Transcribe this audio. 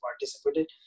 participated